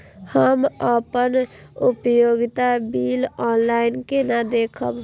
हम अपन उपयोगिता बिल ऑनलाइन केना देखब?